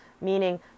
meaning